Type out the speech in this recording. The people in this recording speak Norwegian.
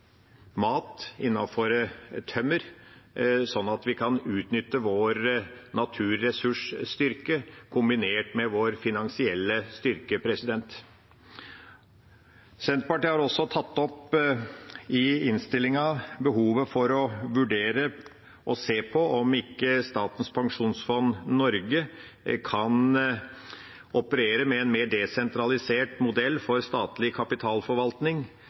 mat og innenfor tømmer, så vi kan utnytte vår naturressursstyrke kombinert med vår finansielle styrke. Senterpartiet har også tatt opp i innstillinga behovet for å vurdere og se på om ikke Statens pensjonsfond Norge kan operere med en mer desentralisert modell for statlig kapitalforvaltning,